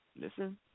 Listen